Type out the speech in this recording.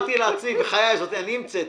העובר ושב יודעים עובדה שמי שנפטר,